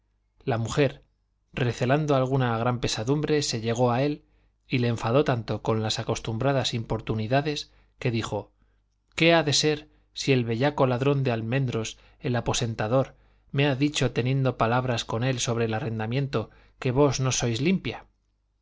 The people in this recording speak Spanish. la mujer recelando alguna gran pesadumbre se llegó a él y le enfadó tanto con las acostumbradas importunidades que dijo qué ha de ser si el bellaco ladrón de almendros el aposentador me ha dicho teniendo palabras con él sobre el arrendamiento que vos nos sois limpia